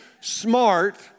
smart